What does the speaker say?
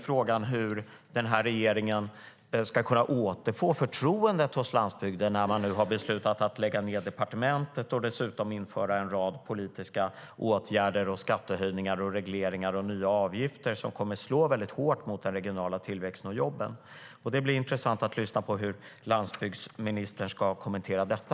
Frågan är hur den här regeringen ska kunna återfå förtroendet hos landsbygden när man nu har beslutat att lägga ned departementet och dessutom införa en rad politiska åtgärder, skattehöjningar, regleringar och nya avgifter som kommer att slå väldigt hårt mot den regionala tillväxten och jobben. Det blir intressant att lyssna på hur landsbygdsministern ska kommentera detta.